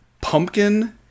pumpkin